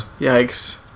Yikes